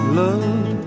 love